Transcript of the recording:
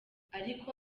ariko